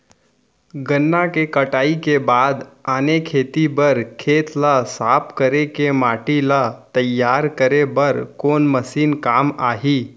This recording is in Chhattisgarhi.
गन्ना के कटाई के बाद आने खेती बर खेत ला साफ कर के माटी ला तैयार करे बर कोन मशीन काम आही?